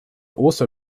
also